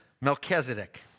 Melchizedek